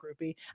Groupie